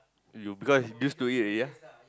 you because used to it already ah